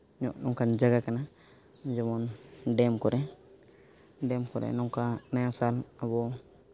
ᱧᱚᱜ ᱱᱚᱝᱠᱟᱱ ᱡᱟᱭᱜᱟ ᱠᱟᱱᱟ ᱡᱮᱢᱚᱱ ᱰᱮᱢ ᱠᱚᱨᱮᱫ ᱰᱮᱢ ᱠᱚᱨᱮᱫ ᱱᱚᱝᱠᱟ ᱱᱟᱭᱟ ᱥᱟᱞ ᱟᱵᱚ